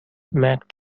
mac